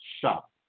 shop